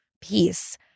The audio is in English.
peace